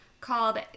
called